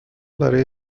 برای